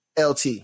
LT